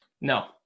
No